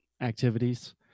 activities